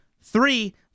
three